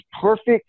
perfect